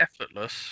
effortless